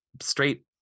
straight